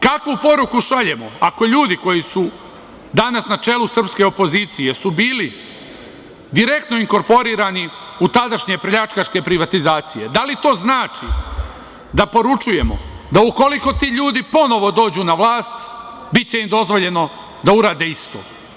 Kakvu poruku šaljemo ako ljudi koji su danas na čelu srpske opozicije, jer su bili direktno inkorporirani u tadašnje pljačkaške privatizacije, da li to znači da poručujemo da ukoliko ti ljudi ponovo dođu na vlast biće im dozvoljeno da urade isto?